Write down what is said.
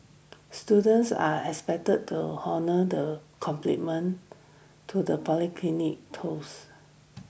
students are expected to honour the complement to the polytechnic tolls